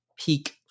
peak